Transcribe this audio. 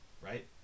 Right